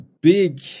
Big